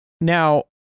Now